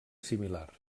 similar